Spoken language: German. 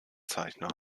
zeichner